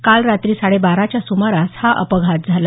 काल रात्री साडे बाराच्या सुमारास हा अपघात झाला